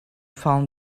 found